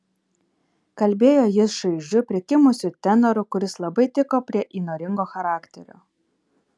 kalbėjo jis šaižiu prikimusiu tenoru kuris labai tiko prie įnoringo charakterio